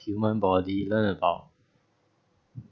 human body learn about